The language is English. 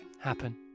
happen